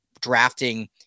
drafting